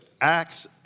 Acts